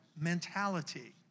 mentality